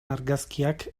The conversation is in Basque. argazkiak